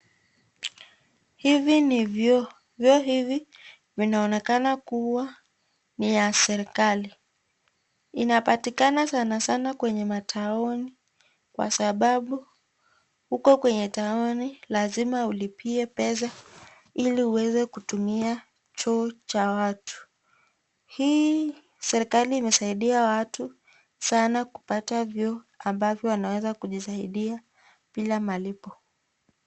Hivi ni vyoo. Vyoo hivi vinaonekana ni ya serikali. Inapatikana sana sana kwenye mataoni kwa sababu huko kwenye taoni lazima ulipie pesa ili uweze kutumia choo cha watu. Hii serikali imesaidia watu sana kupata vyoo ambavyo wanaweza kujisaidia bila malipo.